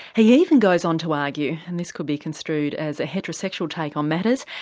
yeah even goes on to argue, and this could be construed as a heterosexual take on matters,